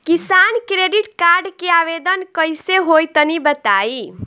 किसान credit card के आवेदन कईसे होई तनि बताई?